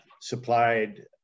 supplied